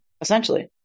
essentially